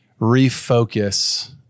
refocus